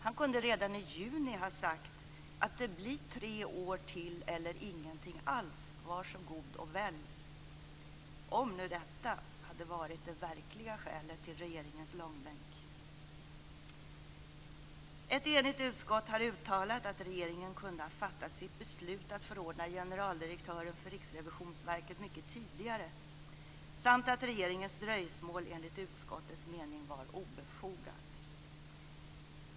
Han kunde redan i juni ha sagt att det blir tre år till eller ingenting alls, var så god och välj - om nu detta hade varit det verkliga skälet till regeringens långbänk. Ett enigt utskott har uttalat att regeringen kunde ha fattat sitt beslut att förordna generaldirektören för Riksrevisionsverket mycket tidigare samt att regeringens dröjsmål enligt utskottets mening var obefogat.